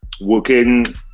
working